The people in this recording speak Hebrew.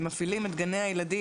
שמפעילים את גני הילדים,